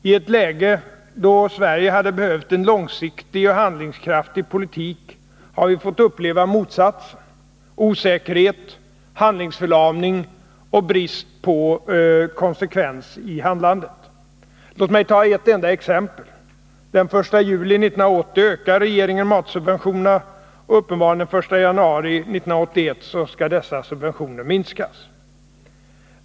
I ett läge då Sverige hade behövt en långsiktig och handlingskraftig politik har vi fått uppleva motsatsen: osäkerhet, handlingsförlamning och brist på konsekvens i handlandet. Låt mig ta ett enda exempel: Den 1 juli 1980 ökar regeringen matsubventionerna. Den 1 januari 1981 skall dessa subventioner uppenbarligen minskas.